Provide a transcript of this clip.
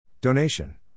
Donation